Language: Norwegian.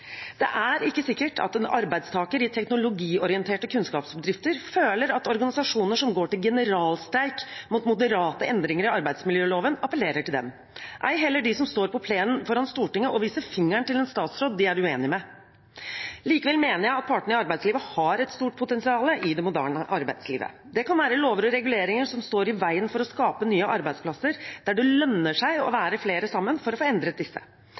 Det er ikke sikkert at arbeidstakere i teknologiorienterte kunnskapsbedrifter føler at organisasjoner som går til generalstreik mot moderate endringer i arbeidsmiljøloven, appellerer til dem, ei heller de som står på plenen foran Stortinget og viser fingeren til en statsråd de er uenige med. Likevel mener jeg at partene i arbeidslivet har et stort potensial i det moderne arbeidslivet. Det kan være lover og reguleringer som står i veien for å skape nye arbeidsplasser, der det lønner seg å være flere sammen for å få endret disse.